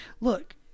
Look